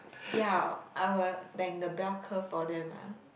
siao I will tank the bell curve for them ah